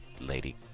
Lady